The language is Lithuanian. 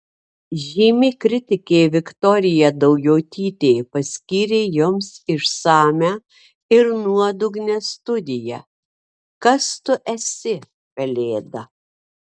žymi kritikė viktorija daujotytė paskyrė joms išsamią ir nuodugnią studiją kas tu esi pelėda